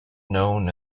known